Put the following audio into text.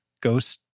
ghost